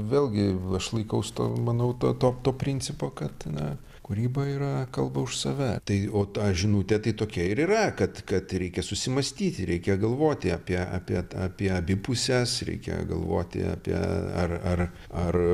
vėlgi aš laikaus to manau to to to principo kad na kūryba yra kalba už save tai o ta žinutė tai tokia ir yra kad kad reikia susimąstyti reikia galvoti apie apie apie abi puses reikia galvoti apie ar ar ar